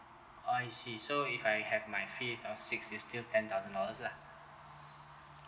I see so if I had my fifth and sixth it's still ten thousand dollars lah